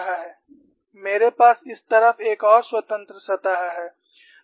मेरे पास इस तरफ एक और स्वतंत्र सतह है